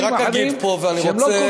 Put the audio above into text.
אבל אני רק אגיד פה ואני רוצה,